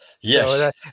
yes